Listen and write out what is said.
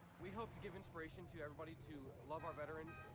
we hope to give inspiration to everybody to love our veterans.